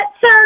sir